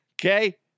Okay